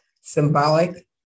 symbolic